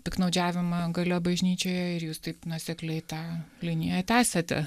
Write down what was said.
piktnaudžiavimą galia bažnyčioje ir jūs taip nuosekliai tą liniją tęsiate